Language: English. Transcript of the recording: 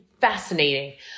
fascinating